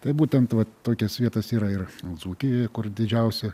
tai būtent tokias vietas yra ir dzūkijoj kur didžiausia